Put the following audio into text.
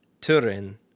Turin